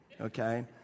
Okay